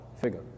figure